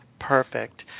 Perfect